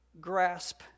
grasp